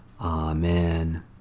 Amen